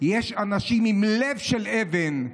"יש אנשים עם לב של אבן",